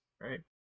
right